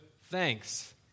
thanks